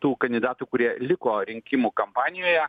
tų kandidatų kurie liko rinkimų kampanijoje